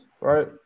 right